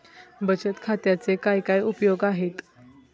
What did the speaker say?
बचत खात्याचे काय काय उपयोग आहेत?